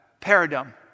paradigm